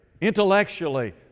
intellectually